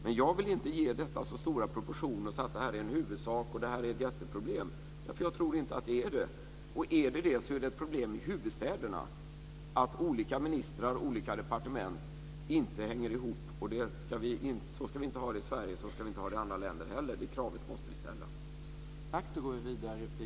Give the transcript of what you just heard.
Men jag vill inte ge detta så stora proportioner som att det här är en huvudsak och ett jätteproblem, därför att jag tror inte att det är det. Om det är det så är det ett problem i huvudstäderna att olika ministrar och olika departement inte hänger ihop, och så ska vi inte ha det i Sverige och inte i andra länder heller. Det kravet måste vi ställa.